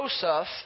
Joseph